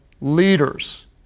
leaders